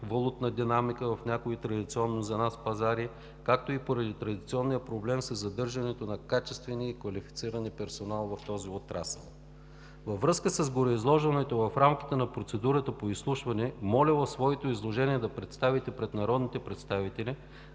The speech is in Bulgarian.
валутна динамика в някои традиционни за нас пазари, както и поради традиционния проблем със задържането на качествения и квалифициран персонал в този отрасъл. Във връзка с гореизложеното в рамките на процедурата по изслушване, моля в своето изложение да представите пред народните представители